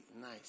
nice